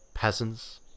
Peasants